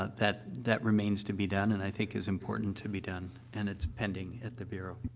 ah that that remains to be done and i think is important to be done, and it's pending at the bureau.